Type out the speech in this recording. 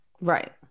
Right